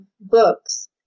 books